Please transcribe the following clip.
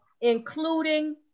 including